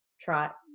Trot